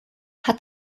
hat